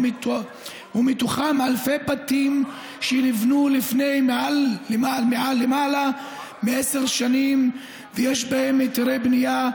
ומתוכם אלפי בתים שנבנו לפני יותר מעשר שנים ויש להם היתרי בנייה,